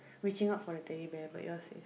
reaching out for the Teddy Bear but yours is